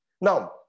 Now